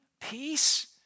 peace